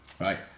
right